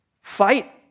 Fight